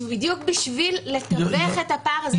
בדיוק בשביל לתווך את הפער הזה.